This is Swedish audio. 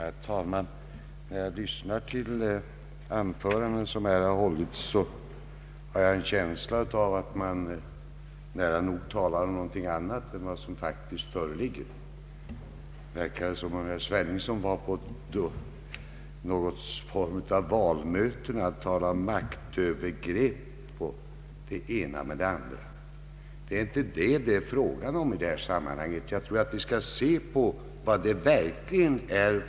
Herr talman! När jag lyssnat till de anföranden som här hållits har jag haft en känsla av att man talat om något annat än vad som faktiskt föreligger. Det verkade som om herr Sveningsson var på något valmöte — han talade om maktövergrepp och det ena med det andra. Det är inte det som det är fråga om i detta sammanhang. Jag tror att vi skall se på vad det verkligen gäller.